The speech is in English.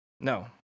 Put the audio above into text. No